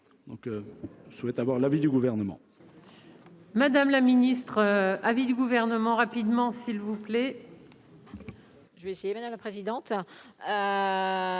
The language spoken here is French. souhaite avoir l'avis du gouvernement.